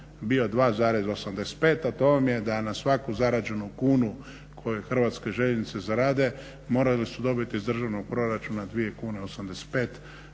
bio 2,85, a to vam je da na svaku zarađenu kunu koju Hrvatske željeznice zarade morale su dobiti iz državnog proračuna 2kune